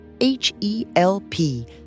H-E-L-P